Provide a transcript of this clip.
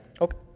Okay